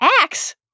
Axe